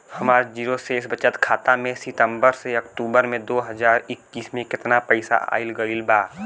हमार जीरो शेष बचत खाता में सितंबर से अक्तूबर में दो हज़ार इक्कीस में केतना पइसा आइल गइल बा?